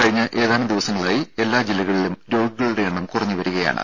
കഴിഞ്ഞ ഏതാനും ദിവസങ്ങളായി എല്ലാ ജില്ലകളിലും രോഗികളുടെ എണ്ണം കുറഞ്ഞുവരികയാണ്